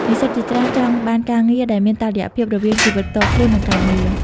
និស្សិតជាច្រើនចង់បានការងារដែលមានតុល្យភាពរវាងជីវិតផ្ទាល់ខ្លួន និងការងារ។